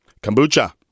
Kombucha